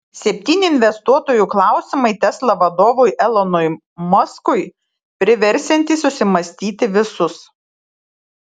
septyni investuotojų klausimai tesla vadovui elonui muskui priversiantys susimąstyti visus